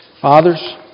Fathers